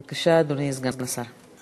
בבקשה, אדוני סגן השר.